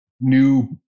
new